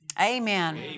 Amen